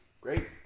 great